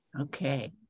Okay